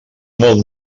molt